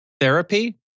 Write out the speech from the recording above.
therapy